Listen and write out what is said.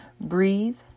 Breathe